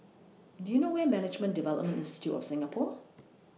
Do YOU know Where IS Management Development Institute of Singapore